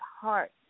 heart